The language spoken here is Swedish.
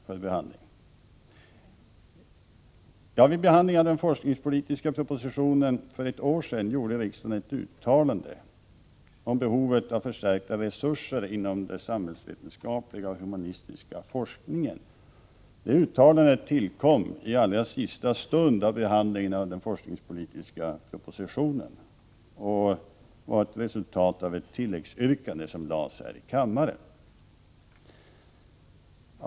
Vid behandlingen av den forskningspolitiska propositionen för ett år sedan gjorde riksdagen ett uttalande om behovet av förstärkta resurser inom den samhällsvetenskapliga och humanistiska forskningen. Detta uttalande tillkom i allra sista stund av behandlingen av den forskningspolitiska propositionen. Det var ett resultat av ett tilläggsyrkande som lades fram här i kammaren.